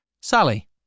Sally